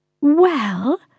Well